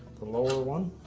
the lower one.